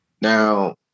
Now